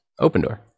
Opendoor